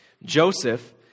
Joseph